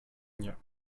nie